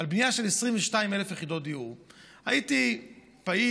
לבנייה של 22,000 יחידות דיור הייתי פעיל,